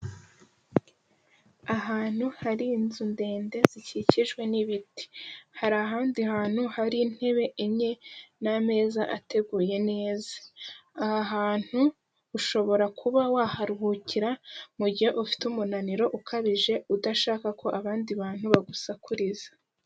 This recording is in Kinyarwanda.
Ahantu hari inzu ndende zikikijwe n'ibiti, hari ahandi hantu hari intebe enye n'ameza ateguye neza, aha hantu ushobora kuba waharuhukira mu gihe ufite umunaniro ukabije udashaka ko abandi bantu bagusakuriza.